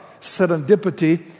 Serendipity